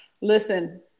Listen